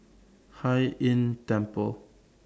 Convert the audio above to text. Hai Inn Temple